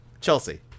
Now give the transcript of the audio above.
Chelsea